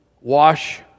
wash